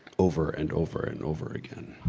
over and over and over again.